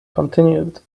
continued